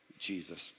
Jesus